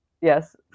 Yes